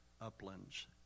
uplands